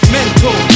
Mental